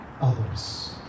others